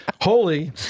holy